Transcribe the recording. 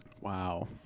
Wow